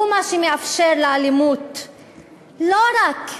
הוא מה שמאפשר לאלימות לא רק להמשיך,